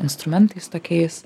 instrumentais tokiais